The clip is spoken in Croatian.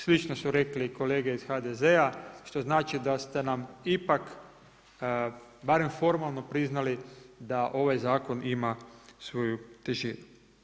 Slično su rekli i kolege iz HDZ-a što znači da ste nam ipak barem formalno priznali da ovaj zakon ima svoju težinu.